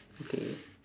okay